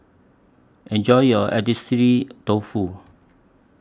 Enjoy your Agedashi Dofu